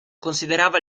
considerava